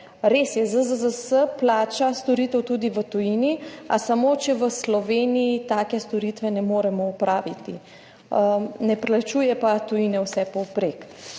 Res je, ZZZS plača storitev tudi v tujini, a samo če v Sloveniji take storitve ne moremo opraviti, ne plačuje pa tujine vsepovprek.